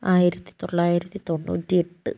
ആയിരത്തിത്തൊള്ളായിരത്തി തൊണ്ണൂറ്റിയെട്ട്